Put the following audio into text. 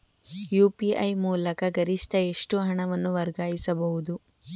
UPI ಮೂಲಕ ಗರಿಷ್ಠ ಎಷ್ಟು ಹಣವನ್ನು ವರ್ಗಾಯಿಸಬಹುದು?